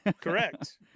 Correct